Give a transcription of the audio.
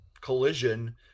collision